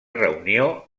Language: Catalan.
reunió